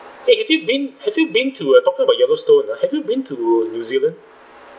!hey! if you've been have you been to uh talking about yellowstone uh have you been to new zealand